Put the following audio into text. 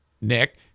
Nick